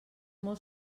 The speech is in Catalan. molt